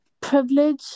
privilege